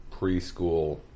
preschool